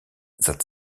that